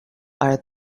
are